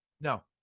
no